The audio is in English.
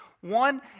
One